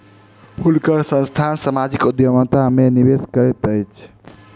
हुनकर संस्थान सामाजिक उद्यमिता में निवेश करैत अछि